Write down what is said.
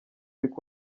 rick